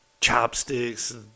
chopsticks